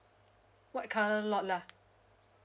white colour lot lah